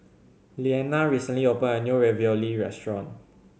Leana recently opened a new Ravioli restaurant